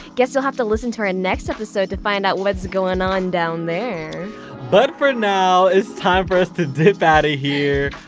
guess you'll have to listen to our next episode to find out what's goin' on down there but for now, it's time for us to dip out of here!